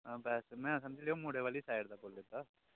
तां बस में समझी लैओ मुड़े आह्ली साइड दा बोल्ला दा आं